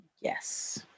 Yes